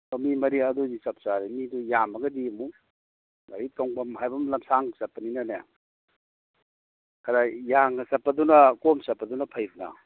ꯑꯣ ꯃꯤ ꯃꯔꯤ ꯑꯗꯨꯏꯗꯤ ꯆꯞ ꯆꯥꯔꯦ ꯃꯤꯗꯣ ꯌꯥꯝꯃꯒꯗꯤ ꯑꯃꯨꯛ ꯒꯥꯔꯤ ꯇꯣꯡꯐꯝ ꯍꯥꯏꯕ ꯑꯝ ꯂꯝꯁꯥꯡ ꯆꯠꯄꯅꯤꯅꯅꯦ ꯈꯔ ꯌꯥꯡꯅ ꯆꯠꯄꯗꯨꯅ ꯀꯣꯝꯅ ꯆꯠꯄꯗꯨꯅ ꯐꯩꯗꯅ